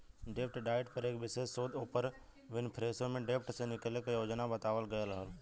डेब्ट डाइट पर एक विशेष शोध ओपर विनफ्रेशो में डेब्ट से निकले क योजना बतावल गयल रहल